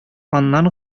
аннан